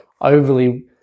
overly